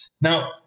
Now